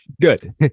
Good